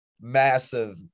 massive